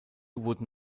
wurden